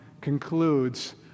concludes